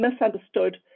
misunderstood